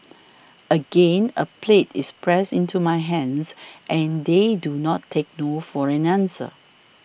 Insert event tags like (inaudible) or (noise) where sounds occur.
(noise) again a plate is pressed into my hands and they do not take no for an answer